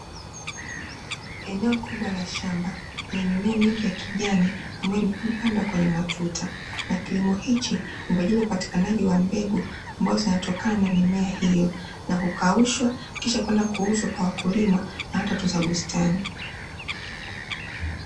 Eneo kubwa la shamba lenye mimea mingi ya kijani, ambayo imepandwa kwenye matuta. Na kilimo hiki ni kwa ajili ya upatikanaji wa mbegu, ambazo zinatokana na mimea hiyo na kukaushwa, kisha kwenda kuuzwa kwa wakulima na hata watunza bustani.